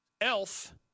Elf